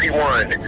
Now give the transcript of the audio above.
one